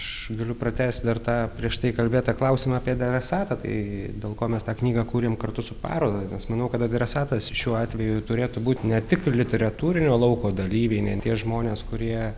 aš galiu pratęsti dar tą prieš tai kalbėtą klausimą apie adresatą tai dėl ko mes tą knygą kūrėm kartu su paroda nes manau kad adresatas šiuo atveju turėtų būti ne tik literatūrinio lauko dalyviai ne tie žmonės kurie